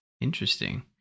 interesting